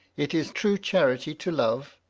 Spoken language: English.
it is true charity to love,